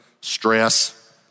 stress